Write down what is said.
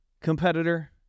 Competitor